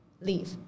leave